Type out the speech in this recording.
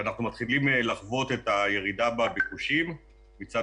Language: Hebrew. היא שאנחנו מתחילים לחוות את הירידה בביקושים מצד